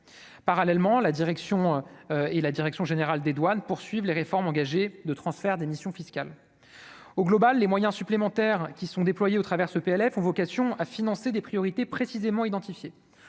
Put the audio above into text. parallèlement la direction et la direction générale des douanes poursuivent les réformes engagées de transfert des missions fiscales au global, les moyens supplémentaires qui sont déployées au travers ce PLF ont vocation à financer des priorités précisément identifiés,